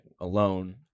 alone